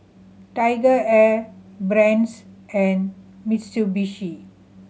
TigerAir Brand's and Mitsubishi